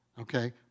okay